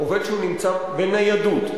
עובד שנמצא בניידות.